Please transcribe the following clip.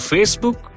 Facebook